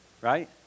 Right